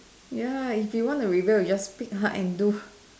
ya if you wanna rebel you just pick ah and do